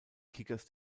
kickers